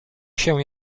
się